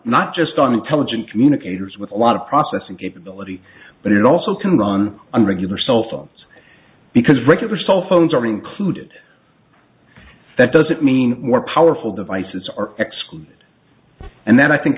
not just on intelligent communicators with a lot of processing capability but it also can run on regular cellphones because regular cell phones are included that doesn't mean we're powerful devices are excluded and then i think